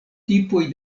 tipoj